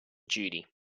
duty